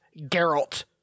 Geralt